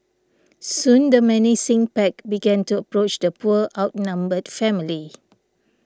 soon the menacing pack began to approach the poor outnumbered family